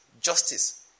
justice